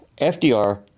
FDR